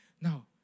Now